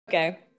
Okay